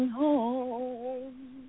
home